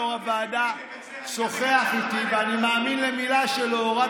אני מאמין לך.